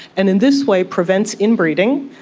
and in this way prevents inbreeding,